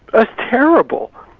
ah terrible,